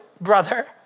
brother